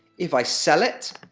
if i sell it,